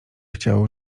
chciał